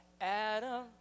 Adam